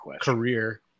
career